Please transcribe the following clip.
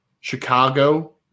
Chicago